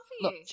look